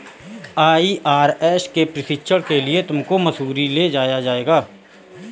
IRS के प्रशिक्षण के लिए तुमको मसूरी ले जाया जाएगा